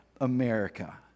America